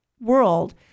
world